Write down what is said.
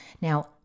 Now